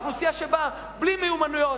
אוכלוסייה שבאה בלי מיומנויות,